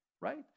Right